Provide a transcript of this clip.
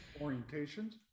Orientations